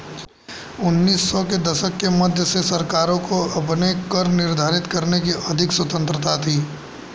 उन्नीस सौ के दशक के मध्य से सरकारों को अपने कर निर्धारित करने की अधिक स्वतंत्रता थी